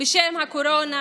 בשם הקורונה,